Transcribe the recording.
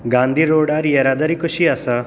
गांधी रोडार येरादारी कशी आसा